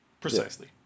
precisely